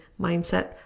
mindset